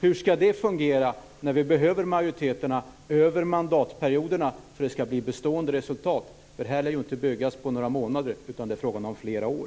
Hur skall det fungera när majoriteterna behöver bestå över mandatperioderna för att få bestående resultat? Det är inte fråga om att bygga på några månader, utan det är fråga om flera år.